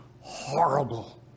horrible